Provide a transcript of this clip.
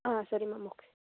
ಹಾಂ ಸರಿ ma'am okay